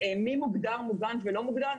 מי מוגדר מוגן ולא מוגן,